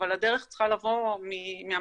אבל הדרך צריכה לבוא מהמדינה,